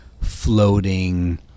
floating